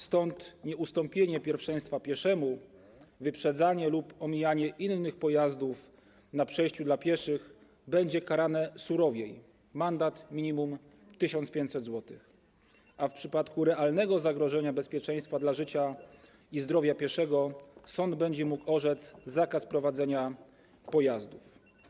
Stąd nieustąpienie pierwszeństwa pieszemu, wyprzedzanie lub omijanie innych pojazdów na przejściu dla pieszych będzie karane surowiej, bo mandatem minimum 1500 zł, a w przypadku realnego zagrożenia bezpieczeństwa dla życia i zdrowia pieszego sąd będzie mógł orzec zakaz prowadzenia pojazdów.